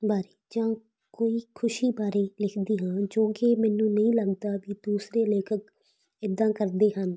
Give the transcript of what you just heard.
ਬਾਰੇ ਜਾਂ ਕੋਈ ਖੁਸ਼ੀ ਬਾਰੇ ਲਿਖਦੀ ਹਾਂ ਜੋ ਕਿ ਮੈਨੂੰ ਨਹੀਂ ਲੱਗਦਾ ਵੀ ਦੂਸਰੇ ਲੇਖਕ ਇੱਦਾਂ ਕਰਦੇ ਹਨ